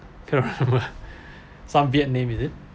some viet name is it